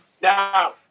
Now